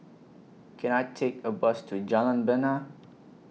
Can I Take A Bus to Jalan Bena